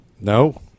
No